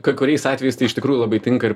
kai kuriais atvejais tai iš tikrųjų labai tinka ir